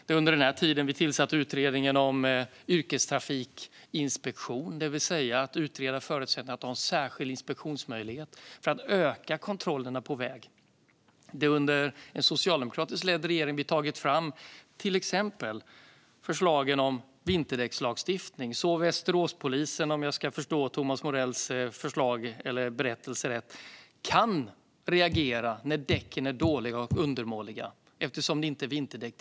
Det är under den här tiden som vi har tillsatt utredningen om en yrkestrafikinspektion, det vill säga börjat utreda förutsättningarna att ha en särskild inspektionsmöjlighet för att öka kontrollerna på väg. Det är under en socialdemokratiskt ledd regering som vi har tagit fram till exempel förslagen om vinterdäckslagstiftning så att Västeråspolisen, om jag ska förstå Thomas Morells berättelse rätt, kan reagera när däcken är dåliga och undermåliga eftersom de inte är vinterdäck.